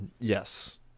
Yes